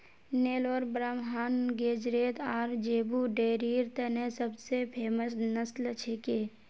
नेलोर ब्राह्मण गेज़रैट आर ज़ेबू डेयरीर तने सब स फेमस नस्ल छिके